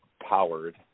powered